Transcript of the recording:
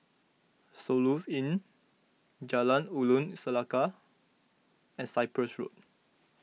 Soluxe Inn Jalan Ulu Seletar and Cyprus Road